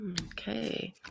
okay